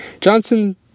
Johnson